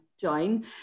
join